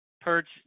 Perch